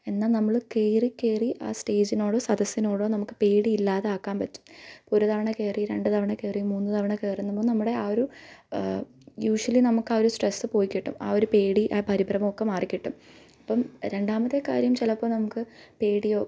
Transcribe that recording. എന്നാൽ നമ്മള് കയറി കയറി ആ സ്റ്റേജിനോടോ സദസ്സിനോടോ നമുക്ക് പേടി ഇല്ലാതാക്കാന് പറ്റും ഒര് തവണ കയറി രണ്ട് തവണ കയറി മൂന്ന് തവണ കയറുമ്പം നമ്മുടെ ആ ഒരു ഉഷ്വല്ലി നമുക്ക് ആ ഒരു സ്ട്രെസ്സ് പോയിക്കിട്ടും ആ ഒര് പേടി ആ പരിഭ്രമമൊക്കെ മാറിക്കിട്ടും അപ്പം രണ്ടാമത്തെ കാര്യം ചിലപ്പോൾ നമക്ക് പേടിയോ